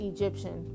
Egyptian